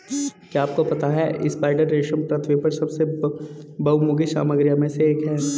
क्या आपको पता है स्पाइडर रेशम पृथ्वी पर सबसे बहुमुखी सामग्रियों में से एक है?